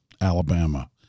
Alabama